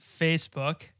facebook